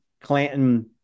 clanton